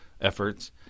efforts